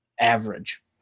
average